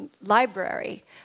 library